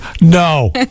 No